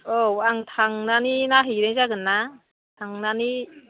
औ आं थांनानै नाहैनाय जागोन ना थांनानै